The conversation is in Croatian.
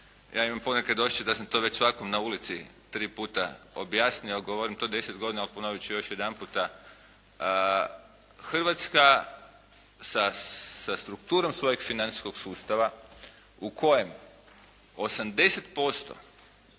Ja imam ponekad osjećaj da sam to već svakom na ulici tri puta objasnio. Govorim to deset godina. Ponovit ću još jedan puta. Hrvatska sa strukturom svog financijskog sustava u kojem 80%